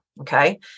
okay